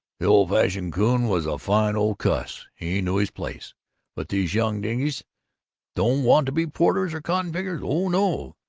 the old-fashioned coon was a fine old cuss he knew his place but these young dinges don't want to be porters or cotton-pickers. oh, no!